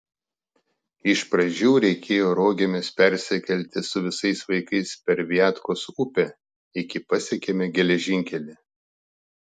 iš pradžių reikėjo rogėmis persikelti su visais vaikais per viatkos upę iki pasiekėme geležinkelį